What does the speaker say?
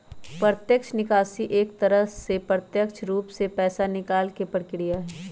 प्रत्यक्ष निकासी एक तरह से प्रत्यक्ष रूप से पैसा निकाले के प्रक्रिया हई